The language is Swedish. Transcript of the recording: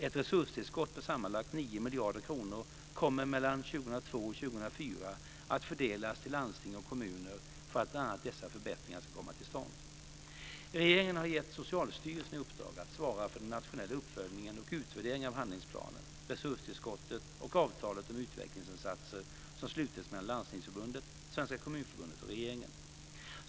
Ett resurstillskott på sammanlagt 9 miljarder kronor kommer mellan 2002 och 2004 att fördelas till landsting och kommuner för att bl.a. dessa förbättringar ska komma till stånd. Regeringen har givit Socialstyrelsen i uppdrag att svara för den nationella uppföljningen och utvärderingen av handlingsplanen, resurstillskottet och det avtal om utvecklingsinsatser som slutits mellan Landstingsförbundet, Svenska kommunförbundet och regeringen.